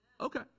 Okay